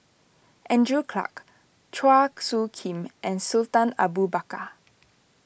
Andrew Clarke Chua Soo Khim and Sultan Abu Bakar